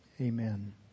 Amen